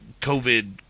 COVID